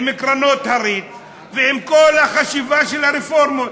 עם קרנות הריט ועם כל החשיבה של הרפורמות.